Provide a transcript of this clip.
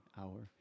hour